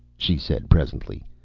she said presently,